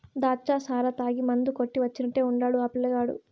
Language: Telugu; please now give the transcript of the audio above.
దాచ్చా సారా తాగి మందు కొట్టి వచ్చినట్టే ఉండాడు ఆ పిల్లగాడు